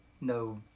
no